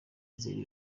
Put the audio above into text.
nzeri